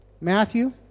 Matthew